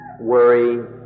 worry